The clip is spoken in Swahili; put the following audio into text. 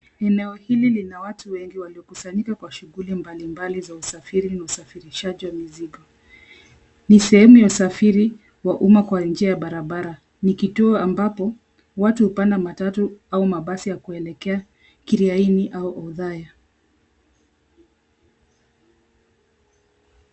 Eneo hili lina watu wengi waliokusanyika kwa shughuli mbalimbali za usafiri na usafirishaji wa mizigo. Ni sehemu ya usafiri wa umma kwa njia ya barabara. Ni kituo ambapo watu hupanda matatu au mabasi ya kuelekea Kiraini au Othaya.